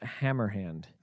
Hammerhand